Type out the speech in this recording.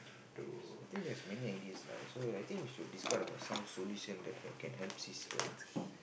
yes I think there's many ideas lah so I think you should discuss about some solution that h~ can help save earth